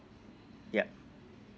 yup